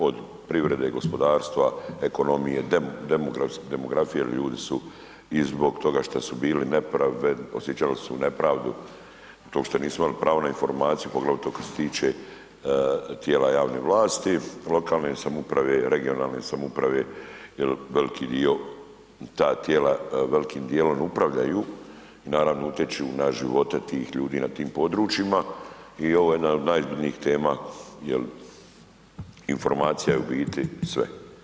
Od privrede, gospodarstva, ekonomije, demografije jer ljudi su i zbog toga što su bili nepravedno, osjećali su nepravdu to što nisu imali pravo na informaciju poglavito što se tiče tijela javne vlasti, lokalne samouprave, regionalne samouprave jel velki dio, ta tijela velkim dijelom upravljaju i naravno utječu na živote tih ljudi na tim područjima i ovo je jedna od najozbiljnijih tema jel informacija je u biti sve.